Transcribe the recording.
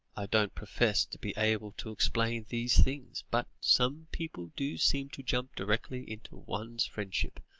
i don't profess to be able to explain these things, but some people do seem to jump directly into one's friendship,